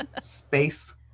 space